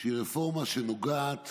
שהיא רפורמה שנוגעת